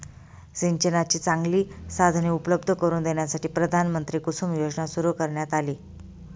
सिंचनाची चांगली साधने उपलब्ध करून देण्यासाठी प्रधानमंत्री कुसुम योजना सुरू करण्यात आली